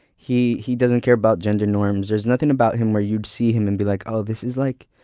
he he doesn't care about gender norms. there's nothing about him where you'd see him and be like, oh, this is like,